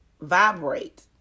vibrate